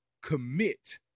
Commit